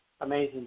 amazing